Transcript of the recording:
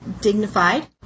dignified